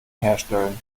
herstellen